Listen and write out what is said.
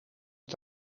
het